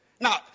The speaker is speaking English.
Now